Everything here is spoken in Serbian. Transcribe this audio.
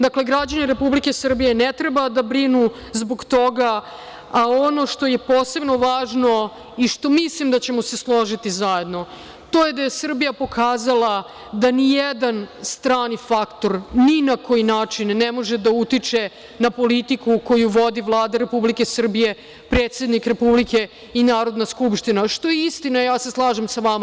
Dakle, građani Republike Srbije ne treba da brinu zbog toga, a ono što je posebno važno i što mislim da ćemo se složiti zajedno, to je da je Srbija pokazala da ni jedan strani faktor ni na koji način ne može da utiče na politiku koju vodi Vlada Republike Srbije, predsednik Republike i Narodna skupština, što je istina, ja se slažem sa vama.